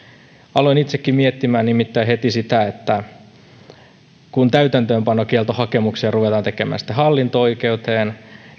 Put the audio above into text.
aloin itsekin nimittäin miettimään heti sitä kun täytäntöönpanokieltohakemuksia ruvetaan tekemään sitten hallinto oikeuteen